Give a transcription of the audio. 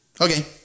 Okay